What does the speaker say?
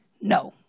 no